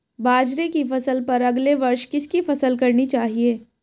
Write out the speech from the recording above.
बाजरे की फसल पर अगले वर्ष किसकी फसल करनी चाहिए?